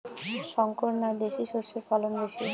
শংকর না দেশি সরষের ফলন বেশী?